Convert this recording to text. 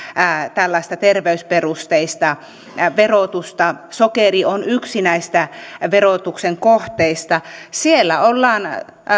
tällaista terveysperusteista verotusta sokeri on yksi näistä verotuksen kohteista siellä ollaan